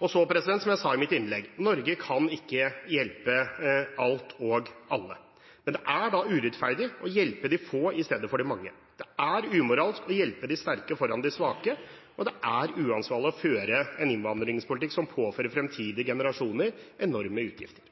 Som jeg sa i mitt innlegg: Norge kan ikke hjelpe alt og alle. Det er urettferdig å hjelpe de få i stedet for de mange. Det er umoralsk å hjelpe de sterke foran de svake, og det er uansvarlig å føre en innvandringspolitikk som påfører fremtidige generasjoner enorme utgifter.